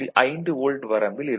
5 volt வரம்பில் இருக்கும்